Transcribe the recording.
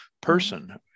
person